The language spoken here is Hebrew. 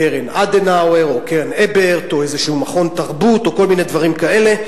קרן אדנאואר או קרן אברט או איזשהו מכון תרבות או כל מיני דברים כאלה,